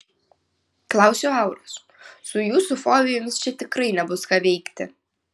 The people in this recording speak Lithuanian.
klausiu auros su jūsų fobijomis čia tikrai nebus ką veikti